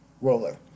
roller